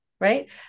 right